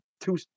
two